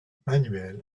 manuel